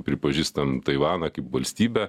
pripažįstam taivaną kaip valstybę